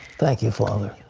thank you, father.